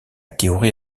théorie